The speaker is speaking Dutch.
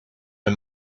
een